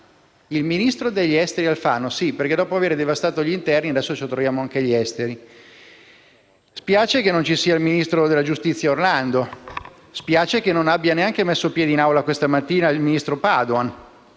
Il ministro degli affari esteri Alfano: sì, perché dopo avere devastato l'interno, adesso ce lo troviamo anche agli esteri. Spiace che non ci sia il ministro della giustizia Orlando; spiace che non abbia neanche messo piede in Aula questa mattina il ministro Padoan,